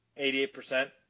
88%